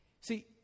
See